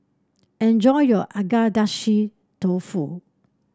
enjoy your Agedashi Dofu